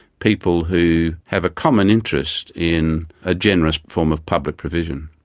people who have a common interest in a generous form of public provision.